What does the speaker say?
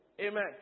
Amen